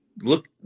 look